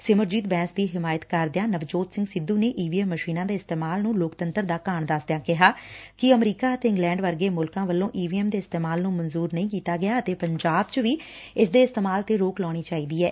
ਸਿਮਰਜੀਤ ਬੈਂਸ ਦੀ ਹਿਮਾਇਤ ਕਰਦਿਆਂ ਨਵਜੋਤ ਸਿੰਘ ਸਿੱਧੁ ਨੇ ਈ ਵੀ ਐਮ ਮਸੀਨਾਂ ਦੇ ਇਸਤੇਮਾਲ ਨੂੰ ਲੋਕਤੰਤਰ ਦਾ ਘਾਣ ਦਸਦਿਆਂ ਕਿਹਾ ਕਿ ਅਮਰੀਕਾ ਅਤੇ ਇੰਗਲੈਂਡ ਵਰਗੇ ਮੁਲਕਾਂ ਵੱਲੋਂ ਈ ਵੀ ਐਮ ਦੇ ਇਸਤੇਮਾਲ ਨੂੰ ਮਨਜੁਰ ਨਹੀਂ ਕੀਤਾ ਗਿਆ ਅਤੇ ਪੰਜਾਬ ਚ ਵੀ ਇਸ ਦੇ ਇਸਤੇਮਾਲ ਤੇ ਰੋਕ ਲਾਉਣੀ ਚਾਹੀਦੀ ਐ